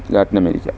latin-american